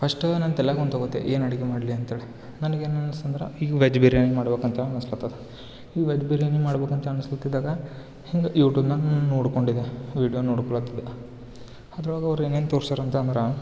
first ನನ್ನ ತಲೆಯಾಗೆ ಒಂದು ತಗೊತೆ ಏನು ಅಡಿಗೆ ಮಾಡಲಿ ಅಂತೇಳಿ ನನಗೇನ್ ಅನಸ್ತಂದ್ರೆ ಈ ವೆಜ್ ಬಿರಿಯಾನಿ ಮಾಡ್ಬೇಕು ಅಂತೇಳಿ ಅನ್ಸಲು ಹತ್ತದ್ ಈ ವೆಜ್ ಬಿರಿಯಾನಿ ಮಾಡ್ಬೇಕಂತ ಅನ್ಸಲತಿದ್ದಾಗ ಹಿಂಗೆ ಯೂಟ್ಯೂಬ್ನಾಗ ನೋಡ್ಕೊಂಡಿದೆ ವೀಡಿಯೋ ನೋಡ್ಕೊಳ್ಹತ್ತಿದೆ ಅದ್ರೊಳಗೆ ಅವ್ರು ಏನೇನು ತೋರಿಸ್ಯಾರ ಅಂತ ಅಂದ್ರೆ